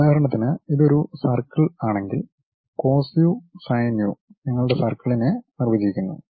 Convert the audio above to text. ഉദാഹരണത്തിന് ഇത് ഒരു സർക്കിൾ ആണെങ്കിൽ cos u sin u നിങ്ങളുടെ സർക്കിളിനെ നിർവചിക്കുന്നു